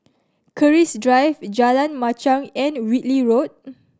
Keris Drive Jalan Machang and Whitley Road